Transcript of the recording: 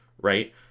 right